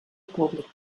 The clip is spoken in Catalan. públic